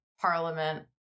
Parliament